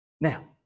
Now